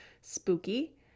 Spooky